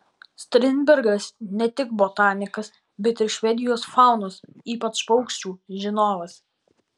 strindbergas ne tik botanikas bet ir švedijos faunos ypač paukščių žinovas